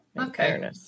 Okay